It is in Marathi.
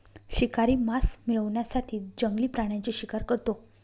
शिकारी मांस मिळवण्यासाठी जंगली प्राण्यांची शिकार करतो